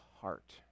heart